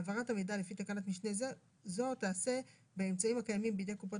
העברת המידע לפי תקנת משנה זו תעשה באמצעים הקיימים בידי קופות